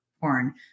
porn